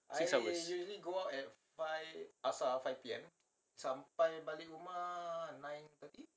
six hours